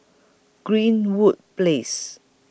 Greenwood Place